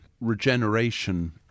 regeneration